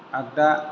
आगदा